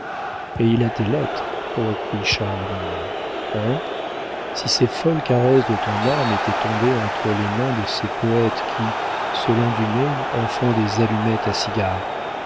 et il a tes lettres reprit charles mignon hein si ces folles caresses de ton âme étaient tombées entre les mains de ces poëtes qui selon dumay en font des allumettes à